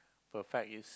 the fact is